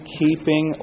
keeping